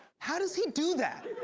how does he do that?